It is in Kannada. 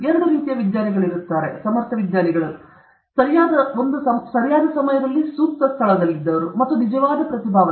ಎರಡು ರೀತಿಯ ವಿಜ್ಞಾನಿಗಳು ಇವೆ ಸಮರ್ಥ ವಿಜ್ಞಾನಿಗಳು ಸರಿಯಾದ ಸಮಯದಲ್ಲಿ ಸೂಕ್ತ ಸ್ಥಳದಲ್ಲಿದ್ದವರು ಮತ್ತು ನಿಜವಾದ ಪ್ರತಿಭೆ